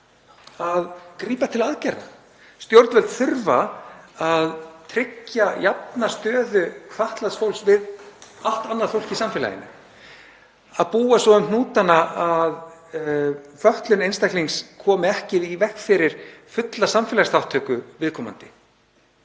að grípa til aðgerða. Stjórnvöld þurfa að tryggja jafna stöðu fatlaðs fólks við allt annað fólk í samfélaginu, að búa svo um hnútana að fötlun einstaklings komi ekki í veg fyrir fulla samfélagsþátttöku viðkomandi.